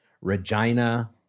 Regina